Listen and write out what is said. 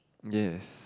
yes